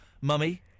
Mummy